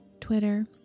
Twitter